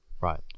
Right